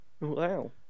Wow